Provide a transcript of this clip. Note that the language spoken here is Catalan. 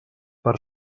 per